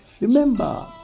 Remember